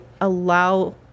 allow